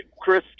Chris